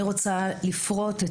אני רוצה לפרוט,